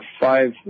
five